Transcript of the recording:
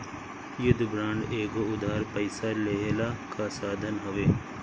युद्ध बांड एगो उधार पइसा लेहला कअ साधन हवे